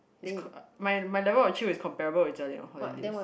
is my my level of chill is comparable with Ze-Lin on holidays